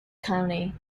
county